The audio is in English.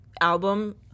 album